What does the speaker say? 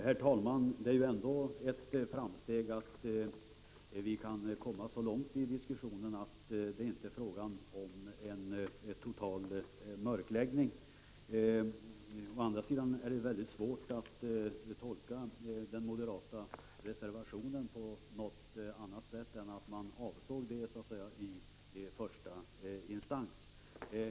Herr talman! Det är ett framsteg att vi kan komma så långt i diskussionen, att det klargörs att det inte är fråga om en total mörkläggning. Å andra sidan är det mycket svårt att tolka den moderata reservationen på något annat sätt än att moderaterna avsåg detta i första instans.